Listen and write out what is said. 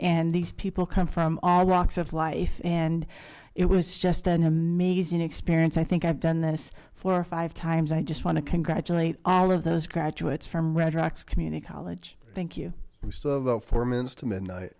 and these people come from all walks of life and it was just an amazing experience i think i've done this for five times i just want to congratulate all of those graduates from red rocks community college thank you we still have about four minutes to midnight